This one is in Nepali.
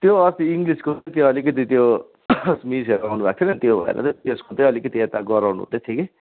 त्यो अस्ति इङ्गलिसको पनि त्यो अलिकति त्यो मिसहरू आउनुभएको थिएन त्यो गरेर त्यसको के अलिकति यता गराउनु चाहिँ थियो कि